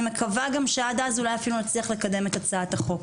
אני מקווה גם שעד אז אולי אפילו נצליח לקדם את הצעת החוק.